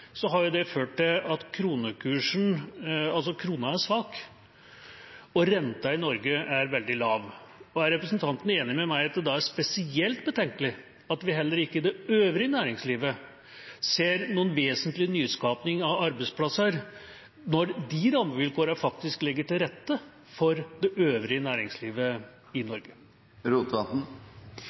har det ført til at krona er svak, og renta i Norge er veldig lav. Er representanten enig med meg i at det da er spesielt betenkelig at vi heller ikke i det øvrige næringslivet ser noen vesentlig nyskaping av arbeidsplasser, når rammevilkårene faktisk legger til rette for det øvrige næringslivet i